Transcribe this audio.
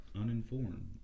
uninformed